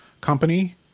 company